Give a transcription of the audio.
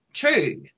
true